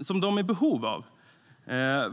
som de verkligen är i behov av.